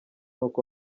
uko